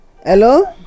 Hello